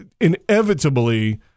inevitably